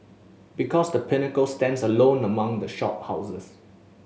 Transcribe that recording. because The Pinnacle stands alone among the shop houses